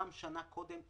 גם שנה קודם.